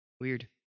Weird